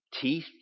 teeth